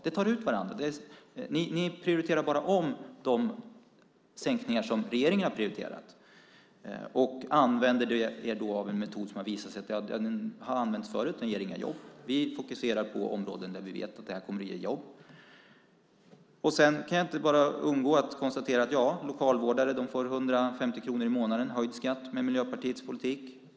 Det tar ut varandra. Ni prioriterar bara om de sänkningar som regeringen har prioriterat och använder er av en metod som har använts förut och har visat sig inte ge några jobb. Vi fokuserar på områden där vi vet att detta kommer att ge jobb. Sedan kan jag inte undgå att konstatera att lokalvårdare får 150 kronor i månaden i höjd skatt med Miljöpartiets politik.